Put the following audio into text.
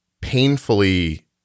painfully